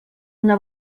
una